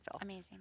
Amazing